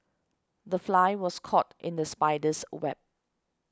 the fly was caught in the spider's web